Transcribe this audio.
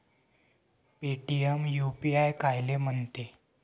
Paytm UPI कायले म्हनते?